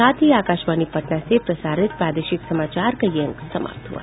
इसके साथ ही आकाशवाणी पटना से प्रसारित प्रादेशिक समाचार का ये अंक समाप्त हुआ